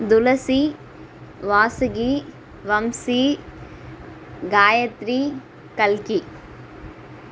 துளசி வாசுகி வம்சி காயத்ரி கல்கி